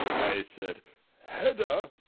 i said hedda,